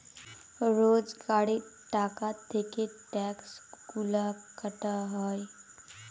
রোজগারের টাকা থেকে ট্যাক্সগুলা কাটা হয়